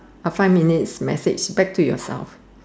a five minutes message back to yourself